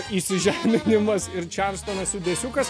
įsižeminimas ir čarlstonas judesiukas